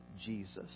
Jesus